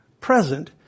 present